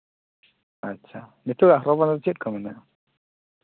ᱟᱪᱪᱷᱟ ᱱᱤᱛᱚᱜ ᱟᱜ ᱦᱚᱨᱚᱜ ᱵᱟᱸᱫᱮ ᱫᱚ ᱪᱮᱫ ᱠᱚ ᱢᱮᱱᱟᱜᱼᱟ